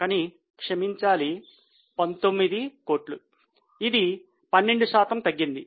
కానీ క్షమించాలి 19 కోట్లు ఇది 12 శాతం తగ్గింది